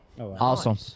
Awesome